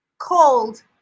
cold